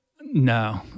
No